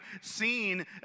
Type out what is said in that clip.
seen